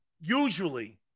usually